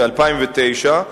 מ-2009,